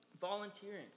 Volunteering